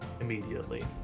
immediately